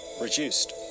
reduced